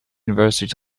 university